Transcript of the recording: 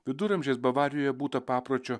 viduramžiais bavarijoje būta papročio